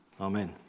Amen